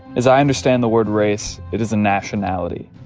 as i understand the word race, it is a nationality.